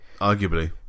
Arguably